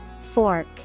Fork